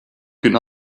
could